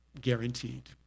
guaranteed